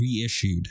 reissued